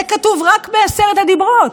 זה כתוב רק בעשרת הדיברות.